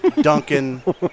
Duncan